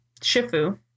Shifu